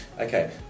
Okay